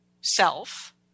self